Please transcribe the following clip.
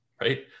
right